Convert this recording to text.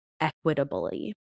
equitably